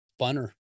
funner